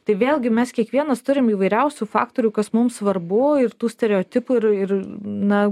tai vėlgi mes kiekvienas turim įvairiausių faktorių kas mums svarbu ir tų stereotipų ir ir na